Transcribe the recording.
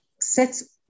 sets